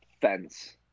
fence